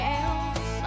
else